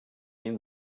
have